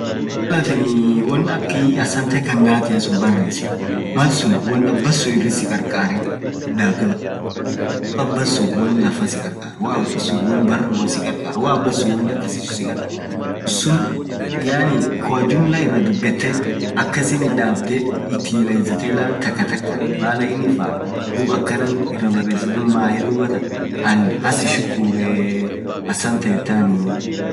malaatiin woan akk assantee kaanatia baresaa feet, malsuun woan abaansun sikarkareen itdabdaa woo abbansuun wonlafaa sikkarkarr woo abasun woan baruaa sikarkaar, woaabansun woan akkasi si karkaar suun kwajumlaa iradubetee, akassin iteleziitee takaatakaan duub hasi shukuuree assantee ettanii.